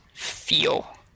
feel